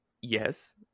Yes